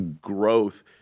growth